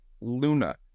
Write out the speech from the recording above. Luna